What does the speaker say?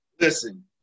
Listen